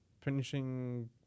finishing